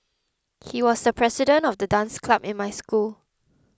he was the president of the dance club in my school